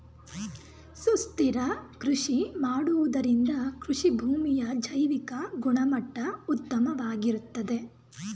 ಸುಸ್ಥಿರ ಕೃಷಿ ಮಾಡುವುದರಿಂದ ಕೃಷಿಭೂಮಿಯ ಜೈವಿಕ ಗುಣಮಟ್ಟ ಉತ್ತಮವಾಗಿರುತ್ತದೆ